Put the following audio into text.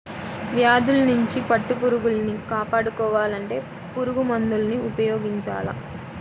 వ్యాధుల్నించి పట్టుపురుగుల్ని కాపాడుకోవాలంటే పురుగుమందుల్ని ఉపయోగించాల